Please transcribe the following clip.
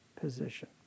position